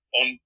on